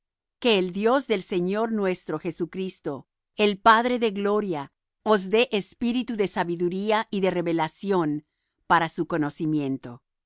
que el dios del señor nuestro jesucristo el padre de gloria os dé espíritu de sabiduría y de revelación para su conocimiento